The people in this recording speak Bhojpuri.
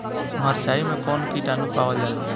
मारचाई मे कौन किटानु पावल जाला?